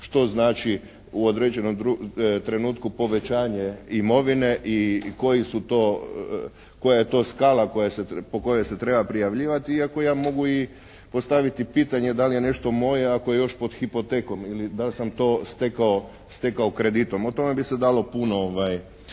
što značli u određenom trenutku povećanje imovine i koji su to, koja je to skala po kojoj se treba prijavljivati iako ja mogu i postaviti pitanje da li je nešto moje ako je još pod hipotekom ili da li sam to stekao kreditom? O tome bi se dalo puno